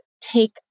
take